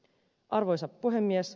arvoisa puhemies